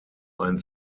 ein